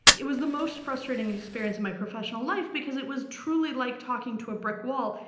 it was the most frustrating experience in my professional life because it was truly like talking to a brick wall.